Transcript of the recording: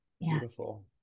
Beautiful